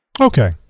Okay